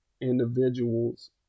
individuals